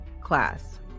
class